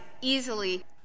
easily